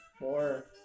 more